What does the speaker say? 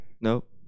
Nope